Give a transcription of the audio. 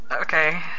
Okay